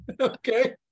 Okay